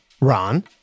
Ron